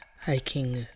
hiking